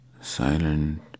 silent